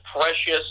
precious